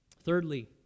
Thirdly